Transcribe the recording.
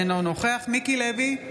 אינו נוכח מיקי לוי,